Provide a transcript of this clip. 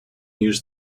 use